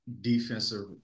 defensive